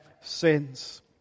sins